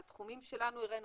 התחומים שלנו, הראינו,